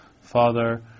father